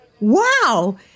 Wow